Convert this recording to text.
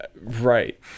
right